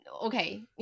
okay